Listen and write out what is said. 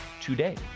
today